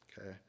Okay